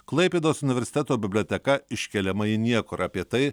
klaipėdos universiteto biblioteka iškeliama į niekur apie tai